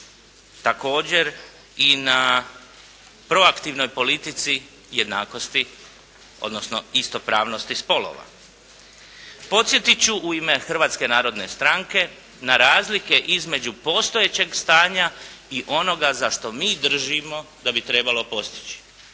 također i na proaktivnoj politici jednakosti, odnosno istopravnosti spolova. Podsjetiti ću ime Hrvatske narodne stranke na razlike između postojećeg stanja i onoga za što mi držimo da bi trebalo postići.